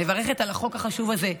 אני מברכת על החוק החשוב הזה,